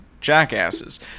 jackasses